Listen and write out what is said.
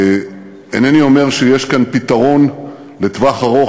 אינני אומר שיש כאן פתרון לטווח ארוך